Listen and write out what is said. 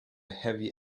heavy